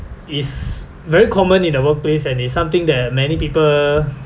is very common in a workplace and is something that many people